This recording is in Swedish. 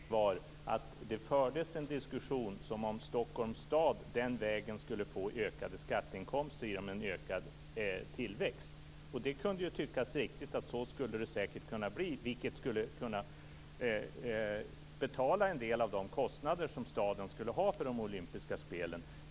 Fru talman! Min poäng var att det fördes en diskussion som om Stockholms stad den vägen skulle få ökade skatteinkomster genom en ökad tillväxt. Och det kunde ju tyckas riktigt. Så skulle det säkert kunna bli, vilket skulle kunna betala en del av de kostnader som staden skulle ha för de olympiska spelen.